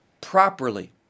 properly